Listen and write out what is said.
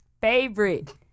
favorite